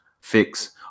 fix